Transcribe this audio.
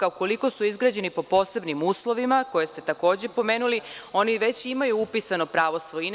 U koliko su izgrađeni po posebnim uslovima, koje ste takođe pomenuli, oni već imaju upisano pravo svojine.